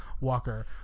Walker